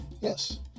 Yes